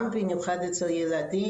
גם במיוחד אצל ילדים.